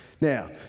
Now